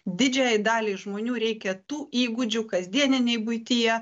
didžiajai daliai žmonių reikia tų įgūdžių kasdieninėj buityje